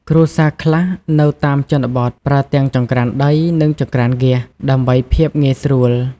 គ្រួសារខ្លះនៅតាមជនបទ ប្រើទាំងចង្រ្កានដី និងចង្រ្កានហ្គាស ដើម្បីភាពងាយស្រួល។